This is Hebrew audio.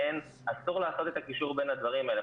אסור לעשות את הקישור בין הדברים האלה.